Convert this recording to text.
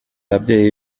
ababyeyi